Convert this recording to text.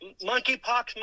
Monkeypox